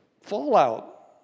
fallout